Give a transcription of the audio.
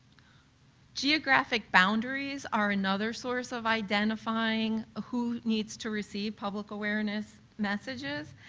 geographic boundaries are another source of identifying who needs to receive public awareness messages.